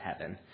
heaven